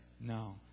no